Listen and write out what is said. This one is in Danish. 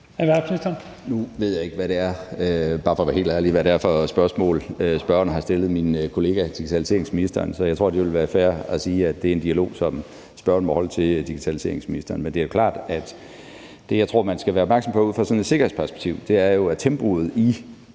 Nu ved jeg ikke – det er bare for at være helt ærlig – hvad det er for spørgsmål, spørgeren har stillet min kollega digitaliseringsministeren. Så jeg tror, det vil være fair at sige, at det er en dialog, som spørgeren må holde til digitaliseringsministeren. Men det er jo klart, at det, jeg tror man skal være opmærksom på ud fra sådan et sikkerhedsperspektiv, er tempoet i